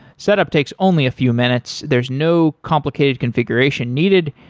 set up takes only a few minutes. there's no complicated configuration needed,